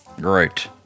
Great